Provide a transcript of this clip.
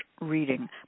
reading